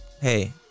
hey